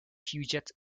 puget